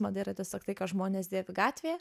mada yra tiesiog tai ką žmonės dėvi gatvėje